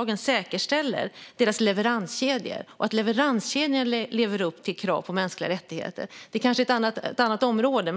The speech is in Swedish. att de säkerställer sina leveranskedjor så att dessa lever upp till krav på mänskliga rättigheter. Det kanske är ett annat område.